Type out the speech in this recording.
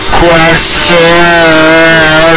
question